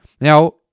now